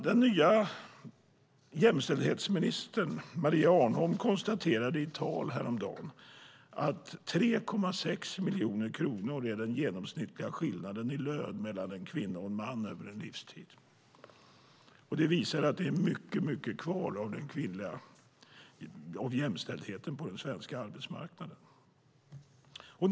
Den nya jämställdhetsministern Maria Arnholm konstaterade i ett tal häromdagen att 3,6 miljoner kronor är den genomsnittliga skillnaden i lön mellan en kvinna och en man över en livstid. Det visar att det är mycket kvar att göra för jämställdheten på den svenska arbetsmarknaden.